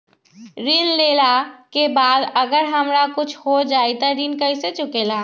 ऋण लेला के बाद अगर हमरा कुछ हो जाइ त ऋण कैसे चुकेला?